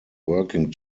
working